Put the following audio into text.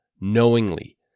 knowingly